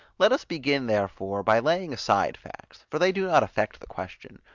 let us begin therefore, by laying aside facts, for they do not affect the question.